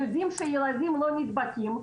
יודעים שילדים לא נדבקים,